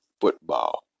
football